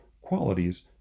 qualities